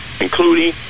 including